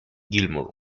gilmour